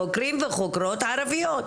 חוקרים וחוקרות ערביות.